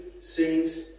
seems